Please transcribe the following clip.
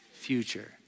future